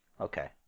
Okay